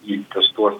jį testuos